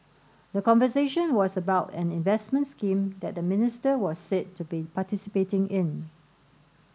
the conversation was about an investment scheme that the minister was said to be participating in